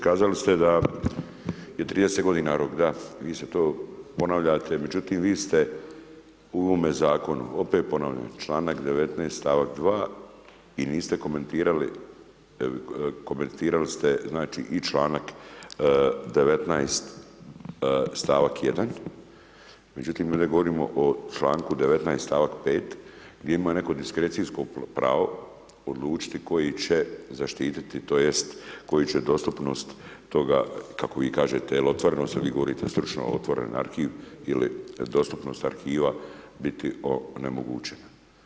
Kazali ste da je 30 godina rok, da, vi to ponavljate međutim vi ste u ovome zakonu, opet ponavljam, članak 19. stavak 2. i niste komentirali, komentirali ste i članak 19. stavak 1., međutim mi ovdje govorimo o članku 19. stavak 5. gdje ima neko diskrecijsko pravo odlučiti koji će zaštititi tj. koji će dostupnost toga kako vi kažete otvorenost ali vi govorite stručno otvoren arhiv ili dostupnost arhiva biti onemogućena.